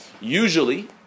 Usually